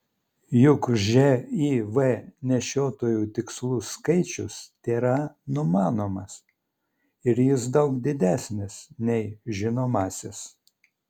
juk živ nešiotojų tikslus skaičius tėra numanomas ir jis daug didesnis nei žinomasis